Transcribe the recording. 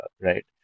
right